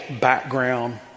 background